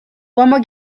former